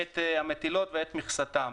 וטרם ייצר את מכסתו,